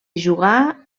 jugà